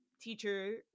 teacher